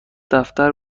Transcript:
دفتر